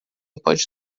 pode